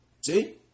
See